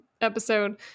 episode